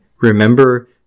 Remember